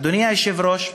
אדוני היושב-ראש,